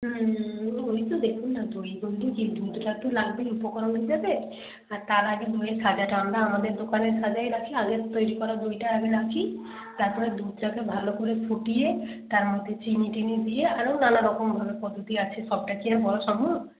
হুম ও ওই তো দেখুন না দই বলতে যে দুধটা তো লাগবেই উপকরণ হিসাবে আর তার আগে দইয়ের সাজাটা আমরা আমাদের দোকানের সাজাই রাখি আগের তৈরি করা দইটা আগে রাখি তারপরে দুধটাকে ভালো করে ফুটিয়ে তার মধ্যে চিনি টিনি দিয়ে আরও নানা রকমভাবে কত কি আছে সবটা কি আর বলা সম্ভব